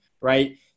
Right